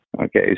Okay